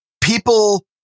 People